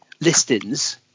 listings